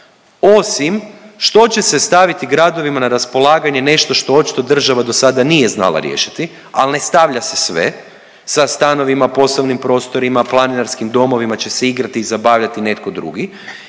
osim što će se staviti gradovima na raspolaganje nešto što čito država do sada nije znala riješiti. Al ne stavlja se sve, sa stanovima, poslovnim prostorima, planinarskim domovima će se igrati i zabavljati netko drugi